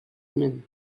man